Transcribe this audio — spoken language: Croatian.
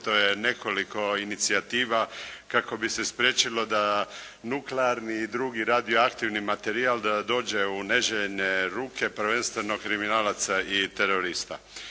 je nekoliko inicijativa kako bi se spriječilo da nuklearni i drugi radioaktivni materijal, da dođe u neželjene ruke, prvenstveno kriminalaca i terorista.